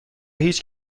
هیچ